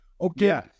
Okay